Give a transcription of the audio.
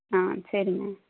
ஆ சரிங்க